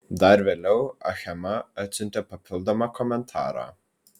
dar vėliau achema atsiuntė papildomą komentarą